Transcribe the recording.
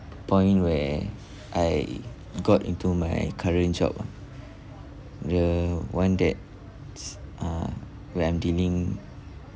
point where I got into my current job ah the one that s~ uh where I'm dealing